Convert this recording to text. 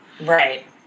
right